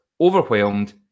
overwhelmed